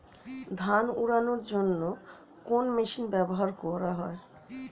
ধান উড়ানোর জন্য কোন মেশিন ব্যবহার করা হয়?